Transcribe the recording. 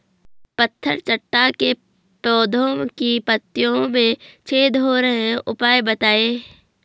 पत्थर चट्टा के पौधें की पत्तियों में छेद हो रहे हैं उपाय बताएं?